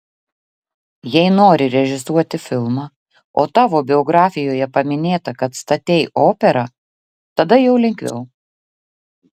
jei nori režisuoti filmą o tavo biografijoje paminėta kad statei operą tada jau lengviau